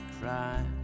cry